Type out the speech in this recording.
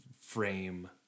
frame